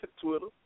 Twitter